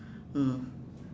mm